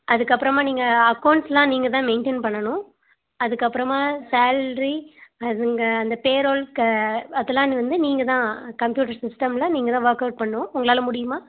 அதுக்கப்பறமாக நீங்கள் அக்கௌண்ட்ஸ் எல்லாம் நீங்கள் தான் மெயின்டன் பண்ணணும் அதுக்கப்பறமாக சால்ரி அதுங்க அந்த பே ரோல் க அதெல்லாம் வந்து நீங்கள் தான் கம்ப்யூட்டர் சிஸ்டம்மில் நீங்கள் தான் ஒர்க்கவுட் பண்ணும் உங்களால் முடியுமா